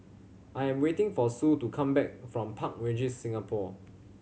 I am waiting for Sue to come back from Park Regis Singapore